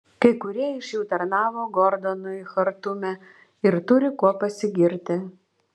kai kurie iš jų tarnavo gordonui chartume ir turi kuo pasigirti